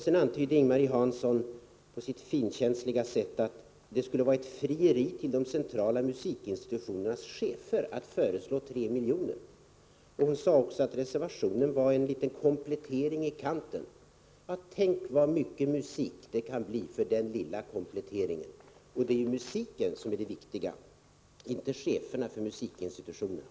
Sedan antydde Ing-Marie Hansson — på sitt finkänsliga sätt — att det skulle vara ett frieri till den centrala musikinstitutionens chefer att föreslå 3 miljoner utöver propositionens resurstilldelning. Hon sade också att reservationen är en liten komplettering i kanten. Tänk vad mycket musik det kan bli för denna lilla komplettering! Och det är ju musiken som är det viktiga, inte cheferna för musikinstitutionerna.